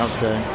Okay